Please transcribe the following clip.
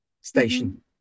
station